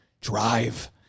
drive